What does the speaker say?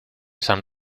san